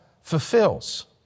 fulfills